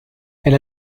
elle